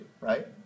right